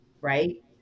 right